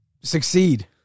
succeed